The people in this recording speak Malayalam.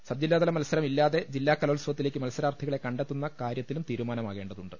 സബ്ജില്ലാതലമത്സരം ഇല്ലാതെ ജില്ലാകലോത്സവത്തിലേക്ക് മത്സരാർത്ഥികളെ കണ്ടെ ത്തുന്ന കാര്യത്തിലും തീരുമാനമാകേണ്ടതുണ്ട്